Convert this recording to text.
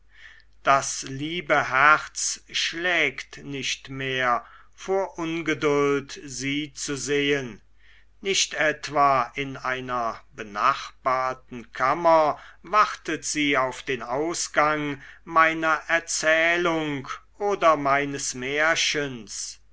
das liebe herz schlägt nicht mehr vor ungeduld sie zu sehen nicht etwa in einer benachbarten kammer wartet sie auf den ausgang meiner erzählung oder meines märchens